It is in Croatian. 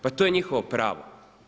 Pa to je njihovo pravo.